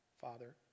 father